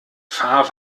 fahr